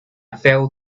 failed